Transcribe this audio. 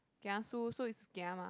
kiasu so is kia mah